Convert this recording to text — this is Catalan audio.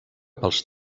pels